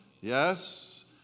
Yes